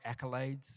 accolades